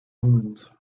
omens